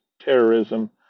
terrorism